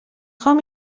خواهم